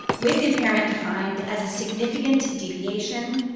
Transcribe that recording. with impairment defined as a significant deviation,